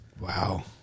Wow